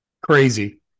Crazy